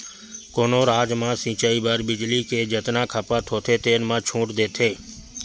कोनो राज म सिचई बर बिजली के जतना खपत होथे तेन म छूट देथे